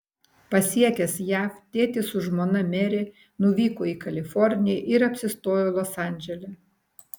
pasiekęs jav tėtis su žmona meri nuvyko į kaliforniją ir apsistojo los andžele